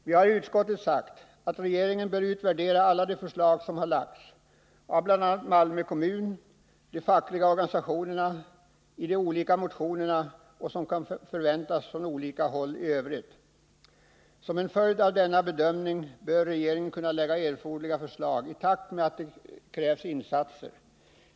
Vi har i utskottet sagt att regeringen bör utvärdera alla de förslag som har lagts fram, förslag från bl.a. Malmö kommun, de fackliga organisationerna, i motionerna och eventuellt från annat håll. Som en följd av denna bedömning bör regeringen kunna lägga fram erforderliga förslag i takt med att det krävs insatser.